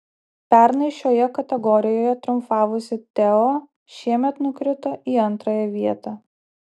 pernai šioje kategorijoje triumfavusi teo šiemet nukrito į antrąją vietą